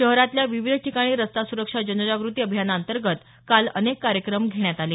शहरातल्या विविध ठिकाणी रस्ता सुरक्षा जनजागृती अभियानाअंतर्गत काल अनेक कार्यक्रम घेण्यात आले